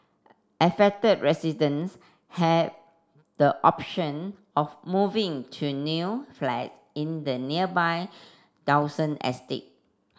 affected residents have the option of moving to new flats in the nearby Dawson estate